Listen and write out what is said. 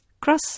cross